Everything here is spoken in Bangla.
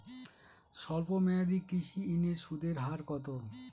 স্বল্প মেয়াদী কৃষি ঋণের সুদের হার কত?